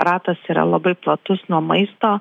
ratas yra labai platus nuo maisto